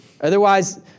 Otherwise